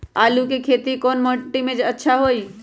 आलु के खेती कौन मिट्टी में अच्छा होइ?